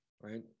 Right